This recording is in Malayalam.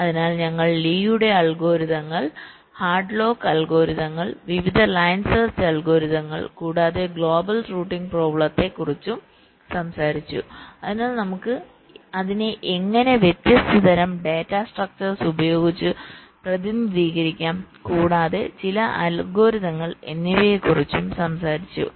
അതിനാൽ ഞങ്ങൾ ലീയുടെ അൽഗോരിതങ്ങൾLee's algorithms ഹാഡ്ലോക്ക് അൽഗരിതങ്ങൾ വിവിധ ലൈൻ സെർച്ച് അൽഗോരിതങ്ങൾ കൂടാതെ ഗ്ലോബൽ റൂട്ടിംഗ്പ്രോബ്ളത്തെ ക്കുറിച്ചും സംസാരിച്ചു അതിനാൽ നമുക്ക് അതിനെ എങ്ങനെ വ്യത്യസ്ത തരം ഡാറ്റാ സ്ട്രക്ചർസ് ഉപയോഗിച്ചു പ്രതിനിധീകരിക്കാം കൂടാതെ ചില അൽഗരിതങ്ങൾ എന്നിവയെക്കുറിച്ച് സംസാരിച്ചു